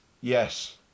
yes